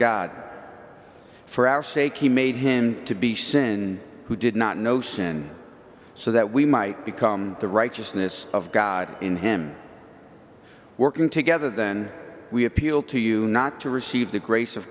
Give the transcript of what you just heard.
god for our sake he made him to be sin who did not know sin so that we might become the righteousness of god in him working together then we appeal to you not to receive the grace of